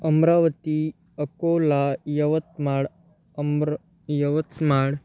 अमरावती अकोला यवतमाळ अमरं यवतमाड